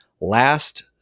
last